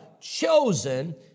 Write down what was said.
chosen